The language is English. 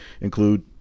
include